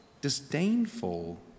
disdainful